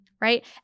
right